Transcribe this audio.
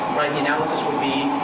the analysis would be,